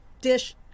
dish